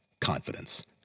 Confidence